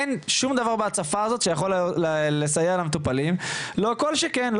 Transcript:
אין שום דבר בהצפה הזאת שיוכל לסייע למטופלים וכל שכן,